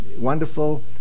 wonderful